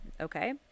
Okay